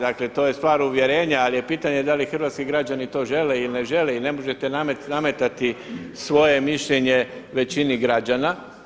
Dakle, to je stvar uvjerenja ali je pitanje da li hrvatski građani to žele ili ne žele i ne možete nametati svoje mišljenje većini građana.